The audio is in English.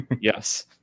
yes